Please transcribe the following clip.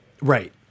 Right